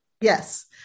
Yes